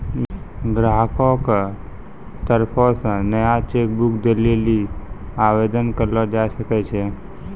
ग्राहको के तरफो से नया चेक बुक दै लेली आवेदन करलो जाय सकै छै